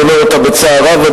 ואני אומר אותה בצער רב,